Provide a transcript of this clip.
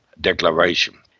Declaration